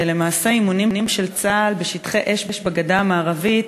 שלמעשה אימונים של צה"ל בשטחי אש בגדה המערבית